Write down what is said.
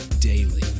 daily